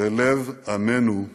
בלב עמנו לעד.